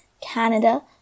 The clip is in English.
Canada